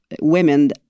women